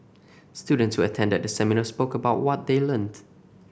students who attended the seminar spoke about what they learned